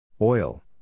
Oil